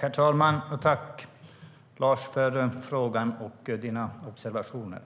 Herr ålderspresident! Tack, Lars, för frågan och dina observationer!